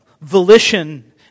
volition